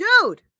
dude